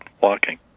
walking